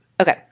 Okay